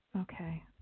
okay